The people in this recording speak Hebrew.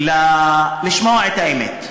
לשמוע את האמת.